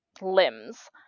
limbs